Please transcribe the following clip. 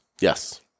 Yes